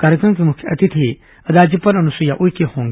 कार्यक्रम की मुख्य अतिथि राज्यपाल अनुसुइया उइके होंगी